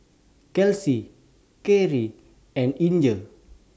Kelsi Cherrie and Inger